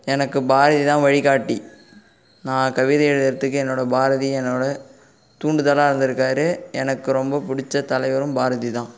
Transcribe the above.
எனக்கு பாரதி தான் வழிகாட்டி நான் கவிதை எழுதுகிறதுக்கு என்னோடய பாரதி என்னோடய தூண்டுதலாக இருந்துருக்காரு எனக்கு ரொம்ப பிடிச்ச தலைவரும் பாரதி தான்